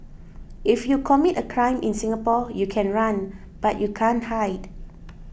if you commit a crime in Singapore you can run but you can't hide